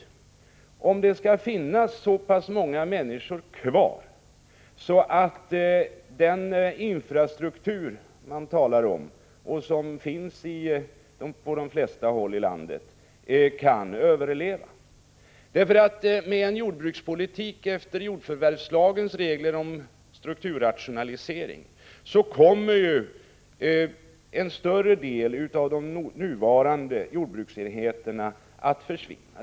Har jordbruksministern funderat över om det skall finnas så pass många människor kvar i jordbruket att den infrastruktur som man talar om och som finns på de flesta håll i landet kan överleva? Med en jordbrukspolitik som baserar sig på jordförvärvslagens regler om strukturrationalisering kommer nämligen en större del av de nuvarande jordbruksenheterna att försvinna.